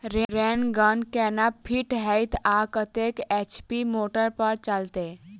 Rain gun केना fit हेतइ आ कतेक एच.पी मोटर पर चलतै?